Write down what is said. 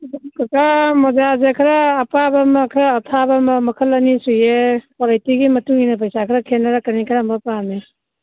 ꯀꯀꯥ ꯃꯣꯖꯥꯁꯦ ꯈꯔ ꯑꯄꯥꯕ ꯑꯃ ꯈꯔ ꯑꯊꯥꯕ ꯑꯃ ꯃꯈꯜ ꯑꯅꯤ ꯁꯨꯏꯌꯦ ꯀ꯭ꯋꯥꯂꯤꯇꯤꯒꯤ ꯃꯇꯨꯡꯏꯟꯅ ꯄꯩꯁꯥ ꯈꯔ ꯈꯦꯠꯅꯔꯛꯀꯅꯤ ꯀꯔꯝꯕ ꯄꯥꯝꯃꯤ